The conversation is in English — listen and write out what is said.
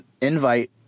invite